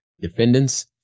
Defendants